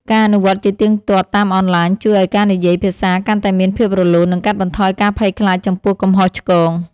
ការអនុវត្តជាទៀងទាត់តាមអនឡាញជួយឱ្យការនិយាយភាសាកាន់តែមានភាពរលូន និងកាត់បន្ថយការភ័យខ្លាចចំពោះកំហុសឆ្គង។